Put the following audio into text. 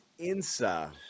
INSA